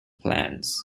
plans